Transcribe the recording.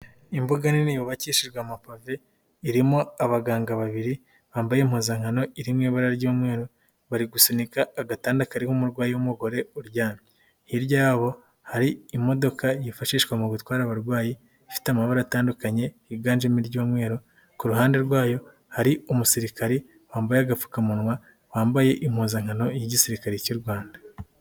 Imbuga nini yubakishijwe amapave irimo abaganga babiri bambaye impuzankano iri mu iba ry'umweru, bari gusunika agatanda kaho umurwayi w'umugore, uryamye hirya yabo hari imodoka yifashishwa mu gutwara abarwayi, ifite amabara atandukanye yiganjemo iry'umweru., ku ruhande rwayo hari umusirikare wambaye agapfukamunwa, wambaye impuzankano y'igisirikare cy'u Rwanda.